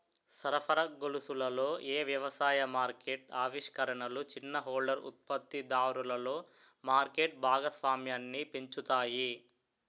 సరఫరా గొలుసులలో ఏ వ్యవసాయ మార్కెట్ ఆవిష్కరణలు చిన్న హోల్డర్ ఉత్పత్తిదారులలో మార్కెట్ భాగస్వామ్యాన్ని పెంచుతాయి?